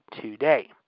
today